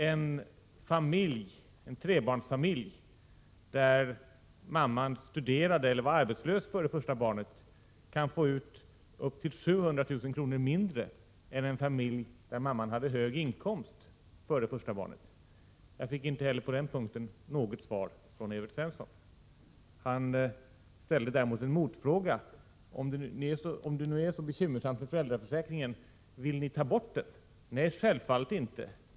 En trebarnsfamilj där mamman studerade eller var arbetslös före första barnet kan få upp till 700 000 kr. mindre än en familj där mamman hade hög inkomst före första barnet. Jag fick inte heller på den punkten något svar från Evert Svensson. Han ställde däremot en motfråga: Om det nu är så bekymmersamt med föräldraförsäkringen, vill ni ta bort den? Nej, självfallet inte.